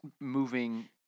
moving